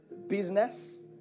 business